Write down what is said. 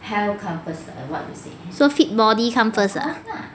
so fit body come first ah